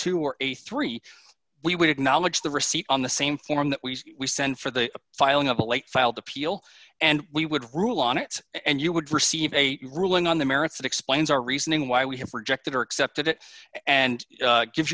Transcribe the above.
two or a three we would acknowledge the receipt on the same form that we send for the filing of a late filed appeal and we would rule on it and you would receive a ruling on the merits that explains our reasoning why we have rejected or accepted it and give